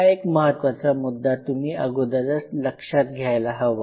हा एक महत्त्वाचा मुद्दा तुम्ही अगोदरच लक्षात घ्यायला हवा